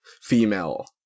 female